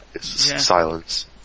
Silence